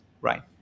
right